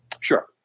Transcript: Sure